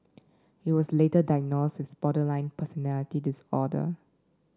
he was later diagnosed with borderline personality disorder